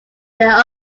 their